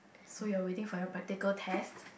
so you're waiting for your practical test